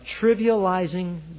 trivializing